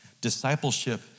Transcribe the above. Discipleship